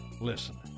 Listen